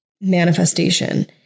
manifestation